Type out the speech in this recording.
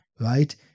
right